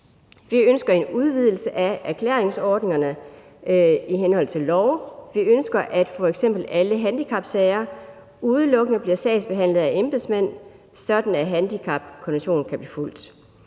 Vi ønsker en udvidelse af erklæringsordningerne i henhold til love; vi ønsker, at f.eks. alle handicapsager udelukkende bliver sagsbehandlet af embedsmænd, sådan at handicapkonventionen kan blive fulgt.